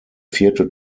vierte